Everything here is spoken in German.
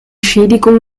schädigung